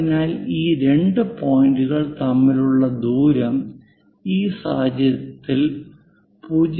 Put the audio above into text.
അതിനാൽ ഈ രണ്ട് പോയിന്റുകൾ തമ്മിലുള്ള ദൂരം ഈ സാഹചര്യത്തിൽ 0